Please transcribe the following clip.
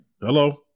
Hello